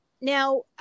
now